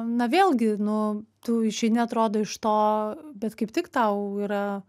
na vėlgi nu tu išeini atrodo iš to bet kaip tik tau yra